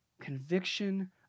Conviction